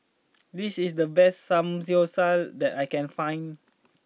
this is the best Samgeyopsal that I can find